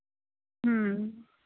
ਹੂੰ